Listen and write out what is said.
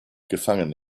gefangen